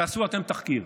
תעשו אתם תחקיר.